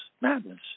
madness